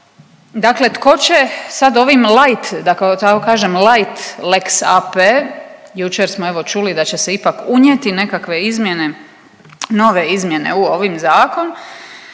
Dakle, tko će sad ovim lajt, da tako kažem lajt lex AP. Jučer smo evo čuli da će se ipak unijeti nekakve izmjene, nove izmjene u ovi zakon,